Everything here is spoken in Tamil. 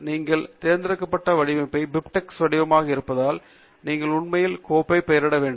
நீங்கள் தேர்ந்தெடுத்த வடிவமைப்பு பிபிடெக்ஸ் வடிவமாக இருப்பதால் நீங்கள் உண்மையில் கோப்பு பெயரிடப்பட வேண்டும்